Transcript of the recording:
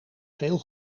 veel